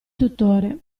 tutore